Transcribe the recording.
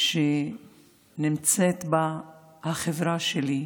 שנמצאת בה החברה שלי,